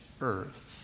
earth